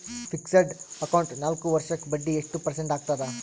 Fixed account ನಾಲ್ಕು ವರ್ಷಕ್ಕ ಬಡ್ಡಿ ಎಷ್ಟು ಪರ್ಸೆಂಟ್ ಆಗ್ತದ?